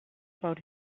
about